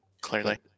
Clearly